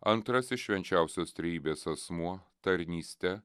antrasis švenčiausios trejybės asmuo tarnyste